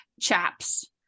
Chaps